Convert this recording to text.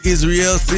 Israel